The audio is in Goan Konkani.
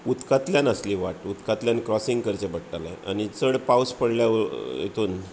उदकांतल्यान आसली वाट उदकांतल्यान क्रोसींग करचें पडटालें आनी चड पावस पडल्या हेतूंत